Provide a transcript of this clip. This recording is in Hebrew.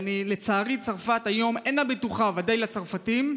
לצערי, צרפת היום אינה בטוחה, ודאי לצרפתים,